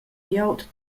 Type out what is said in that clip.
glieud